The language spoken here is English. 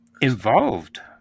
involved